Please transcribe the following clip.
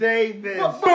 Davis